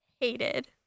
hated